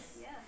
Yes